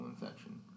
infection